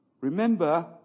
Remember